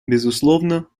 безусловно